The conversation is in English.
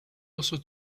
also